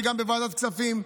וגם בוועדת כספים.